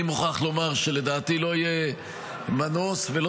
אני מוכרח לומר שלדעתי לא יהיה מנוס ולא